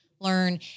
learn